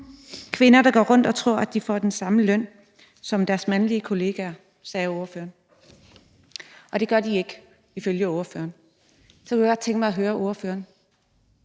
Kvinder, der går rundt og tror, at de får den samme løn som deres mandlige kollegaer, sagde ordføreren. Det gør de ikke ifølge ordføreren. Så kunne jeg godt tænke mig at høre ordføreren: